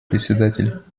председатель